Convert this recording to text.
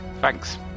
thanks